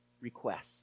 requests